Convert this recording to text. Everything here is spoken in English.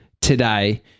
today